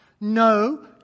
no